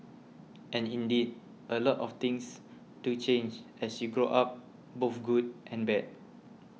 and indeed a lot of things do change as you grow up both good and bad